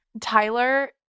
Tyler